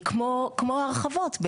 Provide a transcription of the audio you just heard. כמו הרחבות.